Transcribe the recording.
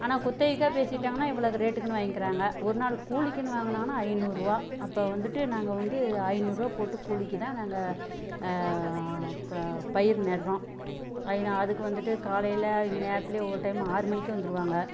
ஆனால் குத்தகைக்காக பேசி விட்டாங்கனா இவ்வளது ரேட்டுக்குன்னு வாங்கிக்கிறாங்க ஒரு நாள் கூலிக்கின்ணு வாங்குனாங்கன்னா ஐநூறுரூவா அப்போ வந்துவிட்டு நாங்கள் வந்து ஐநூறுரூவா போட்டு கூலிக்குதான் நாங்கள் பயிர் நடுகிறோம் அதுக்கு வந்துட்டு காலையில அவங்க நேரத்துலையே ஒவ்வொரு டைம் ஆறு மணிக்கே வந்துருவாங்க